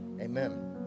Amen